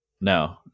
No